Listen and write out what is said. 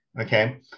okay